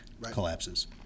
collapses